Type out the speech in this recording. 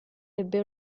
ebbe